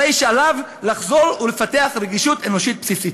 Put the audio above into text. הרי שעליו לחזור ולפתח רגישות אנושית בסיסית.